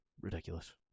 ridiculous